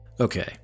Okay